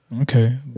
Okay